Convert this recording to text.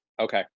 Okay